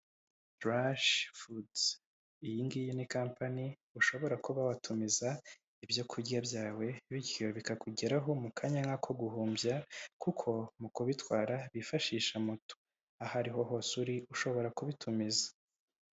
Burashi fudu, iyi ngiyi ni kampani ushobora kuba watumiza ibyokurya byawe bityo bikakugeraho mu kanya nk'ako guhumbya kuko mu kubitwara bifashisha moto. Aho ariho hose uri ushobora kubitumiza.